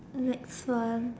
next one